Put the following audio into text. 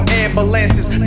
ambulances